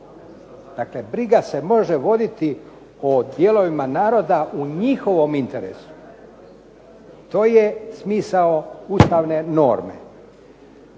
Dakle briga se može voditi o dijelovima naroda u njihovom interesu. To je smisao ustavne norme.